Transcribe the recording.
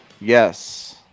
Yes